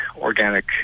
organic